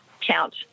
count